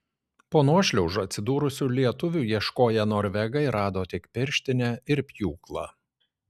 po nuošliauža atsidūrusių lietuvių ieškoję norvegai rado tik pirštinę ir pjūklą